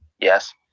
Yes